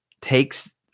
takes